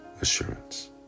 assurance